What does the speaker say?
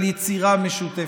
על יצירה משותפת,